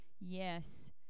yes